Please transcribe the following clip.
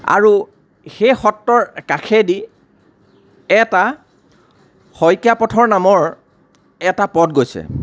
আৰু সেই সত্ৰৰ কাষেদি এটা শইকীয়া পথৰ নামৰ এটা পথ গৈছে